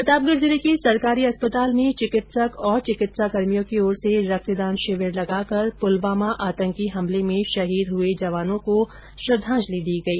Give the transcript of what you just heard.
प्रतापगढ जिले के सरकारी अस्पताल में चिकित्सक और चिकित्साकर्मियों की ओर से रक्तदान शिविर लगाकर पुलवामा आतंकी हमले में शहीद हुए जवानों को श्रद्वाजंलि दी गई